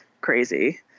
crazy